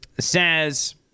Says